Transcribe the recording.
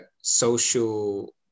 social